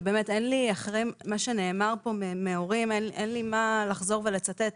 אחרי מה שנאמר פה מהורים אין לי מה לחזור ולצטט,